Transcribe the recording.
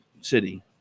city